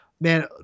man